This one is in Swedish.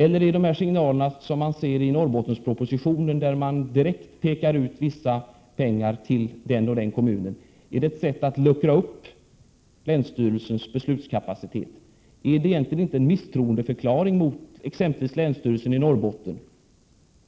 Är de signaler som vi ser i Norrbottenspropositionen, där vissa pengar anslås direkt till den och den kommunen, ett sätt att luckra upp länsstyrelsens beslutskapacitet? Är detta egentligen inte en misstroendeförklaring mot exempelvis länsstyrelsen i Norrbotten